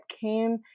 came